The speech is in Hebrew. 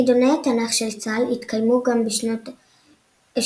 חידוני התנ"ך של צה"ל התקיימו גם בשנות ה-80,